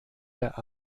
der